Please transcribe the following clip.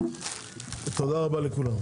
תודה רבה לכולם.